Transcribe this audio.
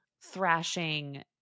thrashing